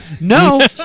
No